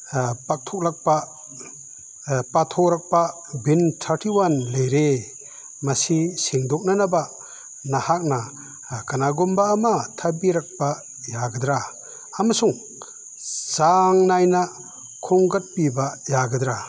ꯇꯛꯊꯣꯛꯂꯛꯄ ꯄꯥꯊꯣꯔꯛꯄ ꯕꯤꯟ ꯊꯥꯔꯇꯤ ꯋꯥꯟ ꯂꯩꯔꯦ ꯃꯁꯤ ꯁꯦꯡꯗꯣꯛꯅꯅꯕ ꯅꯍꯥꯛꯅ ꯀꯅꯥꯒꯨꯝꯕ ꯑꯃ ꯊꯑꯕꯤꯔꯛꯄ ꯌꯥꯒꯗ꯭ꯔꯥ ꯑꯃꯁꯨꯡ ꯆꯥꯡ ꯅꯥꯏꯅ ꯈꯣꯝꯒꯠꯄꯤꯕ ꯌꯥꯒꯗ꯭ꯔꯥ